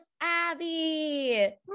Abby